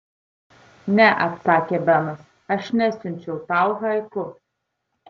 ne atsakė benas aš nesiunčiau tau haiku